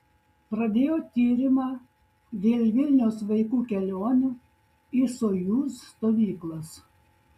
pradėjo tyrimą dėl vilniaus vaikų kelionių į sojuz stovyklas